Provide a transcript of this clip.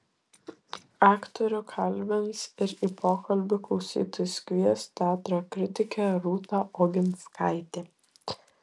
aktorių kalbins ir į pokalbį klausytojus kvies teatro kritikė rūta oginskaitė